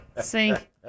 Sink